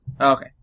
Okay